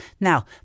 Now